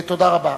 תודה רבה.